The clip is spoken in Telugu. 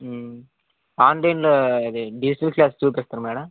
ఆన్లైన్లో డిజిటల్ క్లాస్ చూపిస్తారా మేడం